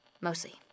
mostly